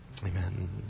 Amen